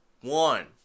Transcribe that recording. one